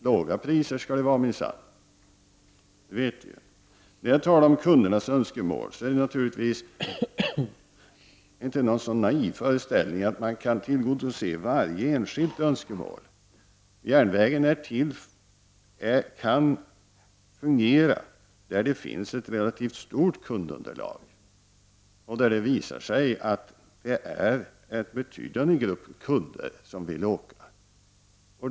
Låga priser skall det vara minsann, det vet vi. När jag talar om kundernas önskemål är det naturligtvis inte i någon naiv föreställning om att man kan tillgodose varje enskilt önskemål. Järnvägen kan fungera där det finns ett relativt stort kundunderlag och där det visar sig att en betydande grupp kunder vill åka.